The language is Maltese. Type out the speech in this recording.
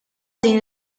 din